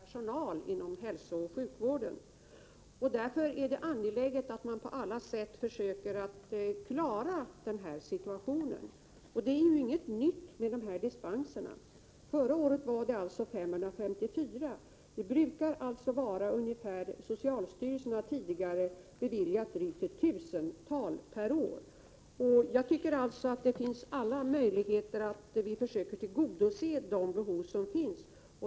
Herr talman! Margitta Edgren frågar vad det är som har hänt. Det är ju inte många dagar sedan som Margitta Edgren och jag hade en debatt om de bekymmer som finns när det gäller personal inom hälsooch sjukvården. Det är angeläget att man på olika sätt försöker klara denna besvärliga situation. Detta med dispenser är ju inget nytt. Förra året beviljades 554 dispenser. Socialstyrelsen har tidigare beviljat ett drygt tusental per år. Jag anser alltså att det finns anledning att ta till vara alla möjligheter att tillgodose de behov som finns.